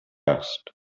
asked